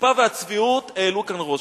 החוצפה והצביעות העלו כאן ראש.